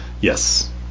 yes